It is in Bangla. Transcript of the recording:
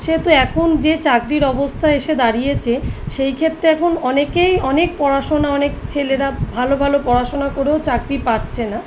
সে তো এখন যে চাকরির অবস্থা এসে দাঁড়িয়েছে সেই ক্ষেত্রে এখন অনেকেই অনেকে পড়াশোনা অনেক ছেলেরা ভালো ভালো পড়াশোনা করেও চাকরি পাচ্ছে না